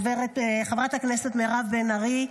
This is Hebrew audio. חברת הכנסת מירב בן ארי,